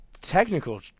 technical